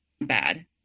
bad